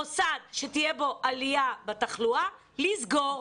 מוסד שתהיה בו עלייה בתחלואה לסגור,